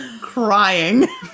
crying